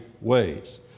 ways